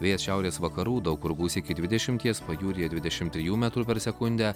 vėjas šiaurės vakarų daug kur gūsiai iki dvidešimties pajūryje dvidešimt trijų metrų per sekundę